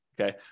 Okay